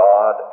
God